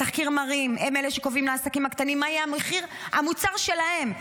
בתחקיר מראים שהם אלה שקובעים לעסקים הקטנים מה יהיה מחיר המוצר שלהם,